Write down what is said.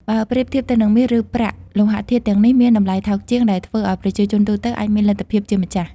បើប្រៀបធៀបទៅនឹងមាស ឬប្រាក់ លោហៈធាតុទាំងនេះមានតម្លៃថោកជាង ដែលធ្វើឲ្យប្រជាជនទូទៅអាចមានលទ្ធភាពជាម្ចាស់។